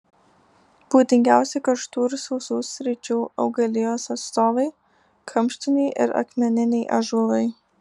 būdingiausi karštų ir sausų sričių augalijos atstovai kamštiniai ir akmeniniai ąžuolai